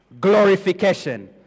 glorification